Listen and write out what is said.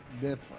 different